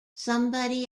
somebody